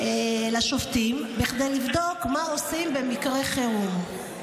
לשופטים כדי לבדוק מה עושים במקרי חירום.